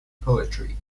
poetry